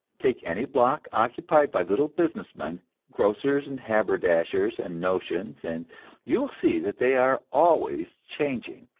take any block occupied by little business men, grocers and haberdashers and notions, and you will see that they are always changing.